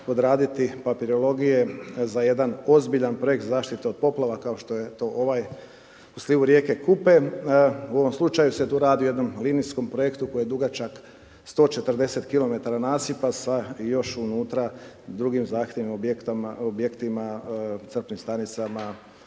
odraditi papirologije za jedan ozbiljan projekt zaštite od poplava, kao što je to ovaj u slivu rijeke Kupe. U ovom slučaju se tu radi o jednom linijskom projektu koji je dugačak 140 km nasipa sa još unutra drugim zahtjevima objektima, crpnim stanicama,